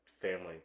family